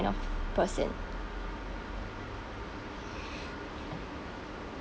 of person